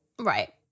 Right